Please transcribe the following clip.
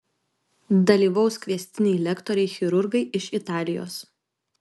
dalyvaus kviestiniai lektoriai chirurgai iš italijos